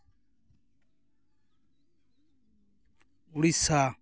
Odisha